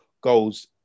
goals